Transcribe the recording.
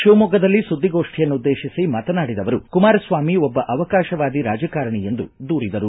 ಶಿವಮೊಗ್ಗದಲ್ಲಿ ಸುದ್ದಿಗೋಷ್ಠಿಯನ್ನುದ್ದೇಶಿಸಿ ಮಾತನಾಡಿದ ಅವರು ಕುಮಾರಸ್ವಾಮಿ ಒಬ್ಬ ಅವಕಾಶವಾದಿ ರಾಜಕಾರಣಿ ಎಂದು ದೂರಿದರು